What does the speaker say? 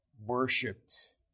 worshipped